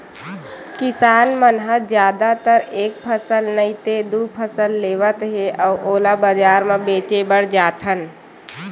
किसान मन ह जादातर एक फसल नइ ते दू फसल लेवत हे अउ ओला बजार म बेचे बर जाथन